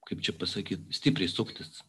kaip čia pasakyt stipriai suktis